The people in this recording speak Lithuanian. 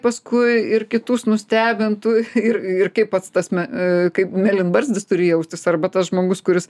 paskui ir kitus nustebintų ir ir kaip pats tas mė kaip mėlynbarzdis turi jaustis arba tas žmogus kuris